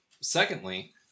secondly